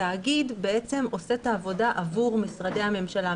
התאגיד בעצם עושה את העבודה עבור משרדי הממשלה.